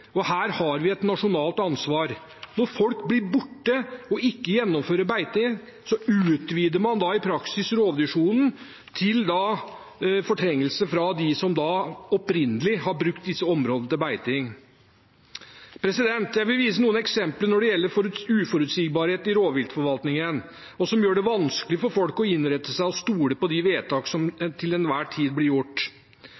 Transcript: og her har vi et nasjonalt ansvar. Når folk blir borte og ikke gjennomfører beiting, utvider man i praksis rovdyrsonen – man fortrenger dem som opprinnelig har brukt disse områdene til beiting. Jeg vil vise noen eksempler når det gjelder uforutsigbarhet i rovviltforvaltningen, som gjør det vanskelig for folk å innrette seg etter og stole på de vedtak som